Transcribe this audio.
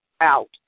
out